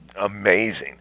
amazing